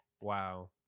Wow